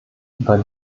war